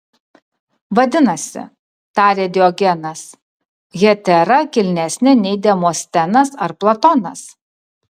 vadinasi tarė diogenas hetera kilnesnė nei demostenas ar platonas